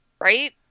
right